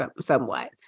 somewhat